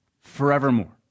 Forevermore